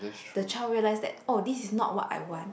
the child realise that oh this is not what I want